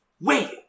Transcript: wait